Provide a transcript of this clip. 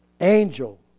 angel